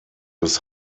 des